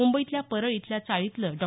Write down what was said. मुंबईतल्या परळ इथल्या चाळीतलं डॉ